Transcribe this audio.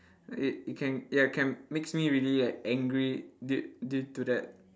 it can ya it can makes me really like angry due due to that